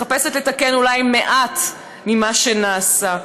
מחפשת לתקן אולי מעט ממה שנעשה.